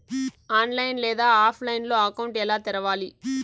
online లేదా ఆఫ్లైన్లో account ఎలా తెరవాలి